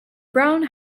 brown